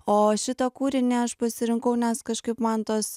o šitą kūrinį aš pasirinkau nes kažkaip man tos